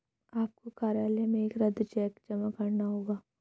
आपको कार्यालय में एक रद्द चेक जमा करना होगा